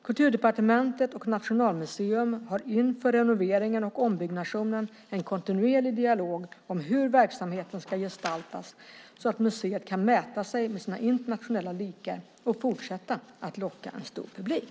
Kulturdepartementet och Nationalmuseum har inför renoveringen och ombyggnationen en kontinuerlig dialog om hur verksamheten ska gestaltas så att museet kan mäta sig med sina internationella likar och fortsätta att locka en stor publik.